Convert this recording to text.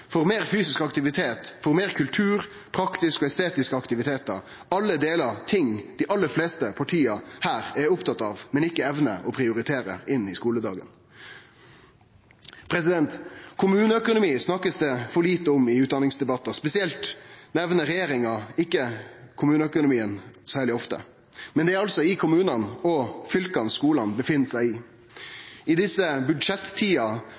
meir fysisk aktivitet, meir kultur, praktiske og estetiske aktivitetar ‒ alt saman noko dei fleste partia er opptatt av, men ikkje evnar å prioritere inn i skoledagen. Kommuneøkonomien blir det snakka for lite om i utdanningsdebattar. Spesielt nemner ikkje regjeringa kommuneøkonomien særleg ofte. Men det er altså i kommunane og fylka at vi finn skolane.